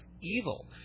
evil